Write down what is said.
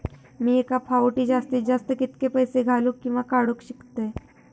मी एका फाउटी जास्तीत जास्त कितके पैसे घालूक किवा काडूक शकतय?